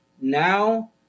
now